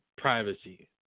privacy